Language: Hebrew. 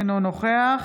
אינו נוכח